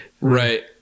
Right